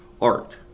art